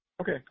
Okay